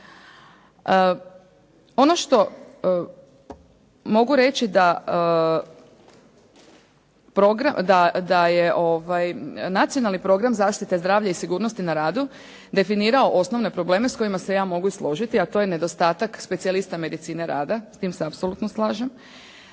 Ono što mogu reći da je Nacionalni program zaštite zdravlja i sigurnosti na radu definirao osnovne probleme s kojima se ja mogu složiti, a to je nedostatak specijalista medicine rada. S tim se apsolutno slažem.